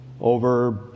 over